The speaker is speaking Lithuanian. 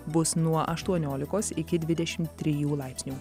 bus nuo aštuoniolikos iki dvidešimt trijų laipsnių